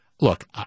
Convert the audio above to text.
look